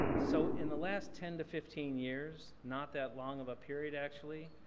so in the last ten to fifteen years, not that long of a period, actually,